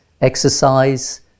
exercise